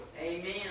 Amen